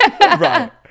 Right